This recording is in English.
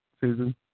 Susan